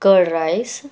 curd rice